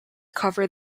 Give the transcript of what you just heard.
covered